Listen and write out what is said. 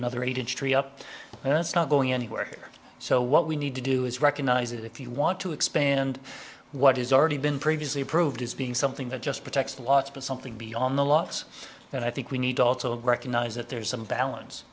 another eight inch tree up and that's not going anywhere so what we need to do is recognize that if you want to expand what is already been previously approved as being something that just protects lots but something beyond the laws then i think we need to also recognize that there's some balance